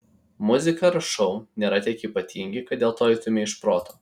muzika ar šou nėra tiek ypatingi kad dėl to eitumei iš proto